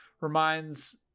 reminds